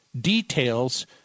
details